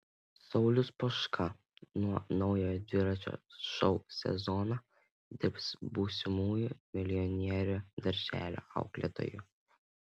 saulius poška nuo naujojo dviračio šou sezono dirbs būsimųjų milijonierių darželio auklėtoju